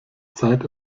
zeit